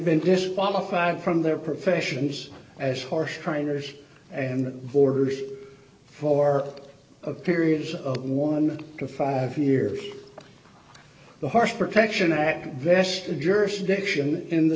been disqualified from their professions as horse trainers and orders for a period of one to five years the horse protection act vested jurisdiction in the